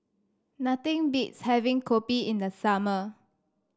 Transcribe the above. nothing beats having Kopi in the summer